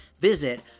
visit